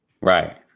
Right